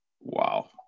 Wow